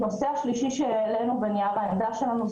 נושא נוסף שהעלינו בנייר העמדה שלנו,